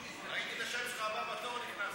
ראיתי את השם שלך, הבא בתור, נכנסתי.